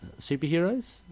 superheroes